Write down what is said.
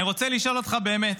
אני רוצה לשאול אותך באמת: